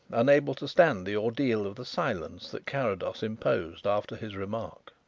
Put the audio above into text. unable to stand the ordeal of the silence that carrados imposed after his remark.